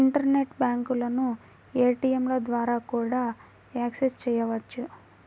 internet బ్యాంకులను ఏటీయంల ద్వారా కూడా యాక్సెస్ చెయ్యొచ్చు